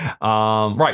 Right